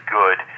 good